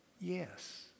Yes